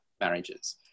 marriages